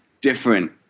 different